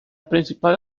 principal